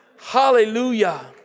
Hallelujah